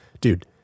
dude